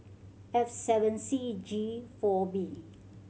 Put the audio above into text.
F seven C G four B